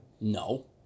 No